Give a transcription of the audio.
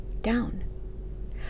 down